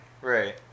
Right